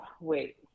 wait